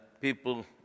people